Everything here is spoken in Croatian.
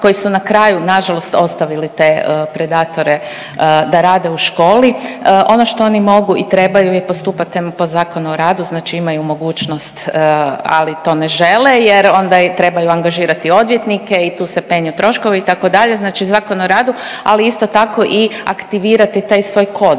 koji su na žalost ostavili te predatore da rade u školi. Ono što oni mogu i trebaju je postupati po Zakonu o radu. Znači imaju mogućnost, ali to ne žele jer onda trebaju angažirati odvjetnike i tu se penju troškovi itd. Znači, Zakon o radu ali isto tako i aktivirati taj svoj kodeks